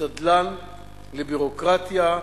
שתדלן לביורוקרטיה,